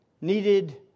needed